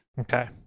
Okay